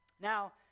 Now